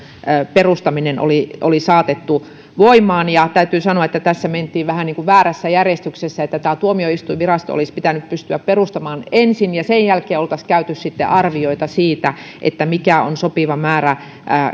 perustaminen oli oli saatettu voimaan täytyy sanoa että tässä mentiin vähän niin kuin väärässä järjestyksessä eli tämä tuomioistuinvirasto olisi pitänyt pystyä perustamaan ensin ja sen jälkeen oltaisiin sitten tehty arvioita siitä siitä mikä on sopiva määrä